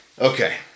Okay